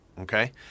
okay